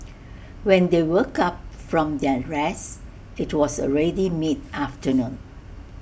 when they woke up from their rest IT was already mid afternoon